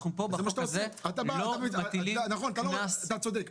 בחוק הזה אנחנו לא מטילים קנס --- אתה צודק,